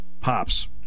Pops